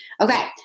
okay